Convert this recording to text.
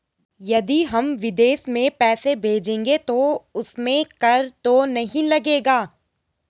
यदि हम विदेश में पैसे भेजेंगे तो उसमें कर तो नहीं लगेगा?